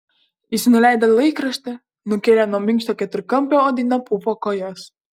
jis nuleido laikraštį nukėlė nuo minkšto keturkampio odinio pufo kojas